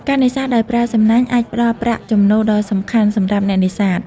ការនេសាទដោយប្រើសំណាញ់អាចផ្តល់ប្រាក់ចំណូលដ៏សំខាន់សម្រាប់អ្នកនេសាទ។